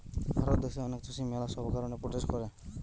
ভারত দ্যাশে অনেক চাষী ম্যালা সব কারণে প্রোটেস্ট করে